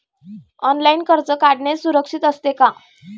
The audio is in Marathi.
ऑनलाइन कर्ज काढणे सुरक्षित असते का?